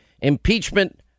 impeachment